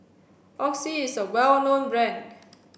oxy is a well known brand